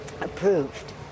approved